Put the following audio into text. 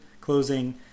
closing